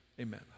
Amen